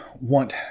want